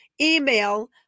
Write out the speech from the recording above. email